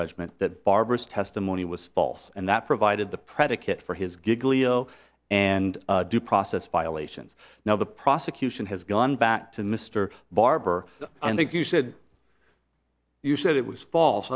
judgment that barbara's testimony was false and that provided the predicate for his gig leo and due process violations now the prosecution has gone back to mr barber and that you said you said it was false